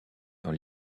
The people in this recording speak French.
dans